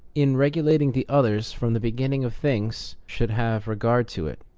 in regulating the others from the beginning of things, should have regard to it.